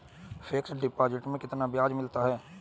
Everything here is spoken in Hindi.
फिक्स डिपॉजिट में कितना ब्याज मिलता है?